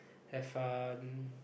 have fun